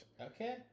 Okay